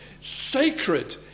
sacred